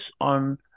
on